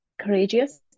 courageous